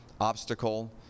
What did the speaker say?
obstacle